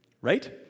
Right